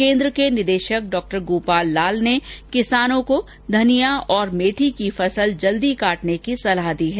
केन्द्र के निर्देशक डॉ गोपाल लाल ने किसानों को धनिया और मेथी की फसल जल्दी काटने की सलाह दी है